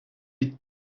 під